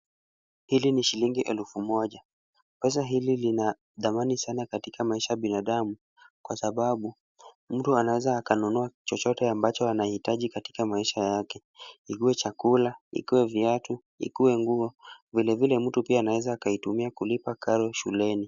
Hili ni shilingi elfu moja ,pesa hili lina thamani sana katika maisha ya binadamu kwa sababu mtu anaeza akanunua chochote ambacho anahitaji katika maisha yake , ikue chakula, ikue viatu ,ikue nguo , vilevile mtu pia anaweza kutumia kulipa karo shuleni.